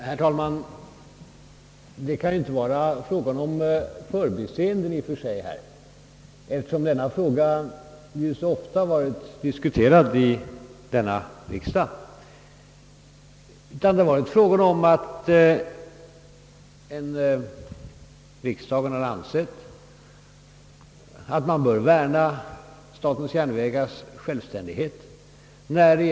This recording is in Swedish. Herr talman! Det kan i och för sig inte vara fråga om förbiseenden, eftersom denna fråga så ofta har diskuterats i riksdagen. Riksdagen har emellertid ansett att statens järnvägars självständighet bör värnas.